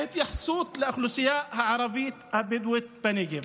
בהתייחסות לאוכלוסייה הערבית הבדואית בנגב.